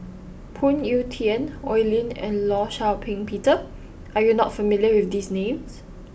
Phoon Yew Tien Oi Lin and Law Shau Ping Peter are you not familiar with these names